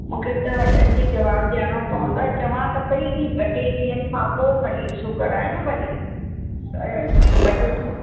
मूंखे त वॾनि खे जवाबु ॾियणो पवंदो आहे चवां त पई ॿ टे ॾींहंनि खां पोइ खणी इशू कराए न वरी ॿ टे ॾींहं